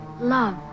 love